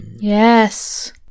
Yes